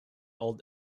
old